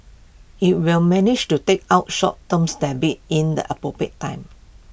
IT will manage to take out short terms debts in the appropriate time